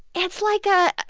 it's like a.